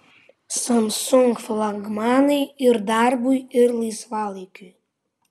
samsung flagmanai ir darbui ir laisvalaikiui